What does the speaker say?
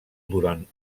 durant